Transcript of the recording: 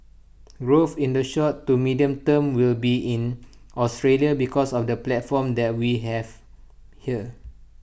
growth in the short to medium term will be in Australia because of the platform that we have here